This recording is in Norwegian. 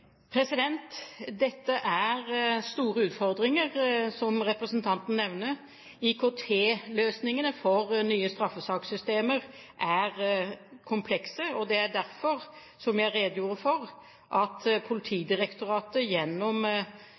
er store utfordringer representanten nevner. IKT-løsningene for nye straffesakssystemer er komplekse, og det er derfor, som jeg redegjorde for, Politidirektoratet gjennom